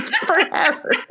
forever